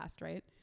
right